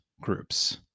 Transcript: groups